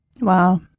wow